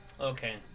Okay